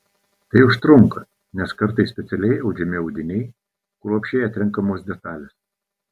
tai užtrunka nes kartais specialiai audžiami audiniai kruopščiai atrenkamos detalės